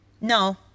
No